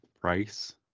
price